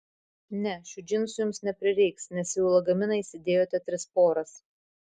ne šių džinsų jums neprireiks nes jau į lagaminą įsidėjote tris poras